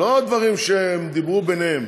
אלה לא דברים שהם דיברו ביניהם,